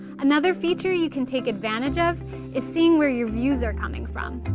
another feature you can take advantage of is seeing where your views are coming from.